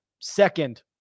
second